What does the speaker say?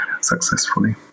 successfully